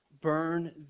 burn